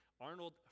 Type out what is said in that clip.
Arnold